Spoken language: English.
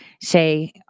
say